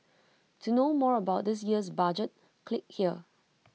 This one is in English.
to know more about this year's budget click here